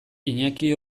iñaki